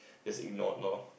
just ignored lor